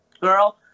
girl